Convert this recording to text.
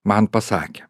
man pasakė